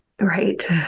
Right